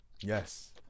Yes